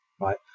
right